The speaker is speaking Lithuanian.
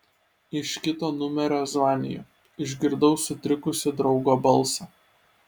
iš kito numerio zvaniju išgirdau sutrikusį draugo balsą